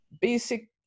basic